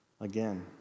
Again